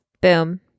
Boom